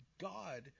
God